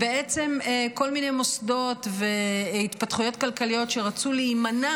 בעצם כל מיני מוסדות והתפתחויות כלכליות שרצו להימנע